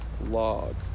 log